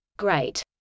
great